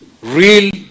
real